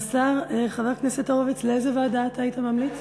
חבר הכנסת הורוביץ, לאיזו ועדה היית ממליץ?